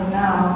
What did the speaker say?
now